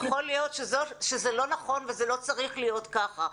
יכול להיות שזה לא נכון וזה לא צריך להיות ככה,